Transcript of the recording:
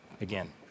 Again